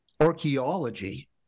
archaeology